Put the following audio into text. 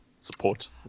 support